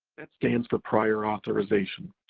that stands for prior authorization.